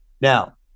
Now